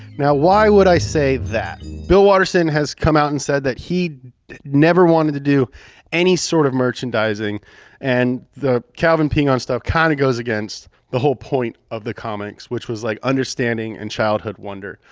now why would i say that? bill waterson has come out and said that he never wanted to do any sort of merchandising and the calvin peeing on stuff kind of goes against the whole point of the comics, which was like, understanding and childhood wonder.